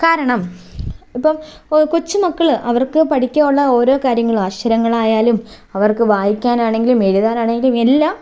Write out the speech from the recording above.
കാരണം ഇപ്പോൾ കൊച്ചുമക്കള് അവർക്ക് പഠിക്കാൻ ഉള്ള ഓരോ കാര്യങ്ങൾ അക്ഷരങ്ങളായാലും അവർക്ക് വായിക്കാനാണെങ്കിലും എഴുതാനാണെങ്കിലും എല്ലാം